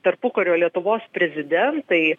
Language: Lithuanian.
tarpukario lietuvos prezidentai